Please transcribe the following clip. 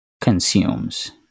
consumes